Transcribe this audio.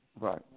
Right